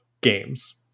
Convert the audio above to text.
games